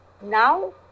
Now